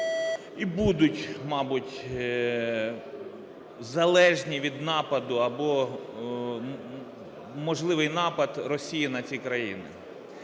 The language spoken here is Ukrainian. і будуть, мабуть, залежні від нападу або можливий напад Росії на ці країни.